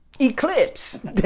eclipse